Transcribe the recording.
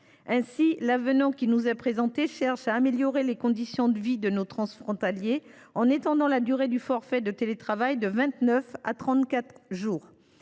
Ainsi, l’avenant qui nous est présenté vise à améliorer les conditions de vie de nos transfrontaliers, en étendant la durée du forfait de télétravail de vingt neuf